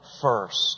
first